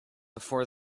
before